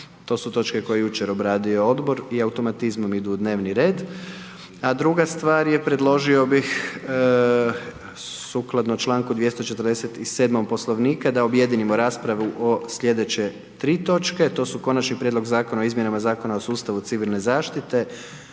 to su točke koje je jučer obradio Odbor, i automatizmom idu u dnevni red. A druga stvar je, predložio bih sukladno članku 247., Poslovnika da objedinimo raspravu o sljedeće tri točke, to su: - Konačni prijedlog Zakona o izmjenama Zakona o sustavu civilne zaštite,